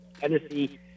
Tennessee